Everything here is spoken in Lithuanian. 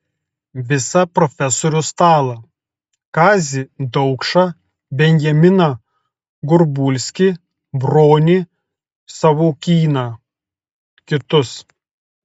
visą profesorių stalą kazį daukšą benjaminą gorbulskį bronį savukyną kitus